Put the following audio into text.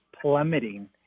plummeting